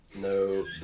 no